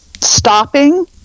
stopping